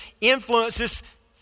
influences